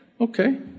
Okay